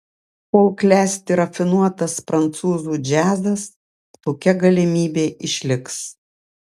kol klesti rafinuotas prancūzų džiazas tokia galimybė išliks